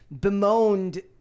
bemoaned